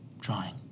trying